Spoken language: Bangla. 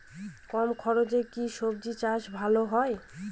কম খরচে কি সবজি চাষ ভালো হয়?